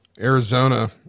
Arizona